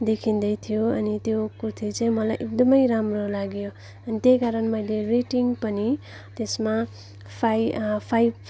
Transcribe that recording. देखिँदै थियो अनि त्यो कुर्ती चाहिँ मलाई एकदमै राम्रो लाग्यो अनि त्यही कारण मैले रेटिङ पनि त्यसमा फाइ फाइभ